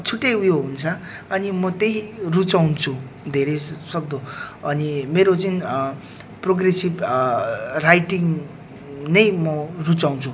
छुट्टै उयो हुन्छ अनि म त्यही रुचाउँछु धेरै सक्दो अनि मेरो चाहिँ प्रोग्रेसिभ राइटिङ नै म रुचाउँछु